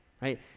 right